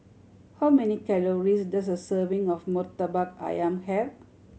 how many calories does a serving of Murtabak Ayam have